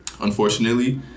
unfortunately